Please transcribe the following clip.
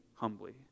humbly